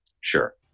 sure